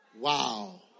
Wow